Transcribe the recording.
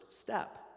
step